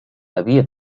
havia